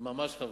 ממש חבל.